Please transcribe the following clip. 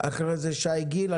אחרי זה שי גיל,